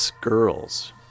Girls